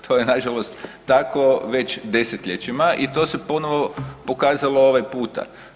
To je nažalost tako već desetljećima i to se ponovo pokazalo ovaj puta.